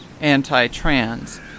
anti-trans